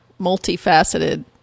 multifaceted